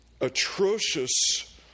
atrocious